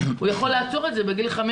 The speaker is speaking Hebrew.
הוא יכול לעצור את זה בגיל 5,